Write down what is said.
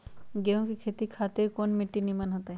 गेंहू की खेती खातिर कौन मिट्टी निमन हो ताई?